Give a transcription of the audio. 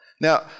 Now